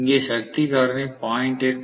இங்கே சக்தி காரணி 0